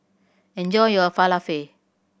enjoy your Falafel